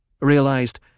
realized